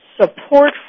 support